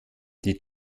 die